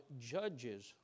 judges